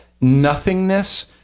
nothingness